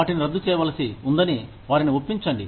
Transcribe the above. వాటిని రద్దు చేయవలసి ఉందని వారిని ఒప్పించండి